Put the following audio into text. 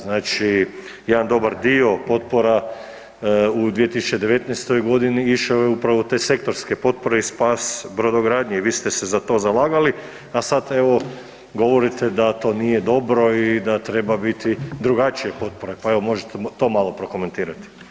Znači jedan dobar dio potpora u 2019.g. išao je upravo u te sektorske potpore i spas brodogradnje i vi ste se za to zalagali, a sad evo govorite da to nije dobro i da treba biti drugačije potpore, pa evo možete li to malo prokomentirati.